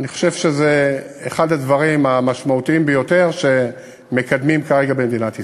אני חושב שזה אחד הדברים המשמעותיים ביותר שמקדמים כרגע במדינת ישראל.